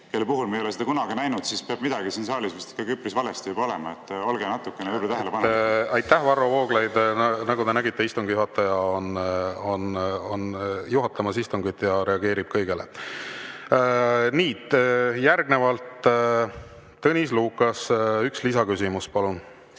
kelle puhul me ei ole seda kunagi näinud, siis peab midagi siin saalis vist ikkagi üpris valesti olema. Olge võib-olla natukene tähelepanelikum. Aitäh, Varro Vooglaid! Nagu te nägite, istungi juhataja on juhatamas istungit ja reageerib kõigele. Nii. Järgnevalt, Tõnis Lukas, üks lisaküsimus, palun!